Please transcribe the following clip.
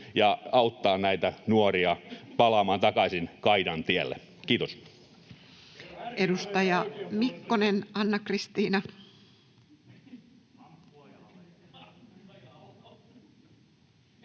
ja auttaa näitä nuoria palaamaan takaisin kaidalle tielle. — Kiitos. Edustaja Mikkonen, Anna-Kristiina.